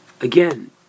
again